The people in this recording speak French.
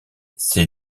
ces